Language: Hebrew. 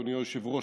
אדוני היושב-ראש,